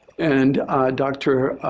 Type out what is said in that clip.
and dr.